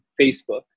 Facebook